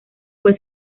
fue